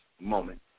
moment